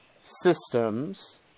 systems